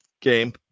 game